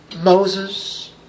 Moses